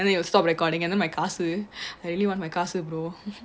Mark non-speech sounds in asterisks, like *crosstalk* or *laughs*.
and then you stop recording and then my காசு: kachu *breath* I really want my காசு: kachu bro *laughs*